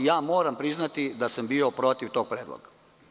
Moram priznati da sam bio protiv tog predloga.